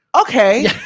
Okay